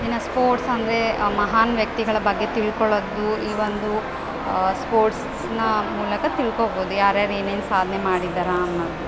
ಇನ್ನ ಸ್ಪೋರ್ಟ್ಸ್ ಅಂದರೆ ಮಹಾನ್ ವ್ಯಕ್ತಿಗಳ ಬಗ್ಗೆ ತಿಳ್ಕೊಳ್ಳೋದು ಈ ಒಂದು ಸ್ಪೋರ್ಟ್ಸ್ನ ಮೂಲಕ ತಿಳ್ಕೋಬೋದು ಯಾರು ಯಾರು ಏನೇನು ಸಾಧನೆ ಮಾಡಿದ್ದಾರೆ ಅನ್ನೋವಂಥದ್ದು